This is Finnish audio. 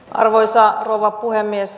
arvoisa rouva puhemies